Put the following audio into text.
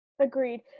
agreed